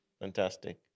Fantastic